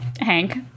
Hank